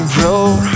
road